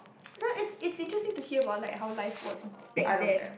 no it's it's interesting to hear about like how life was back then